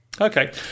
okay